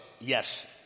yes